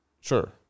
Sure